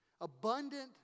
Abundant